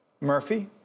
Murphy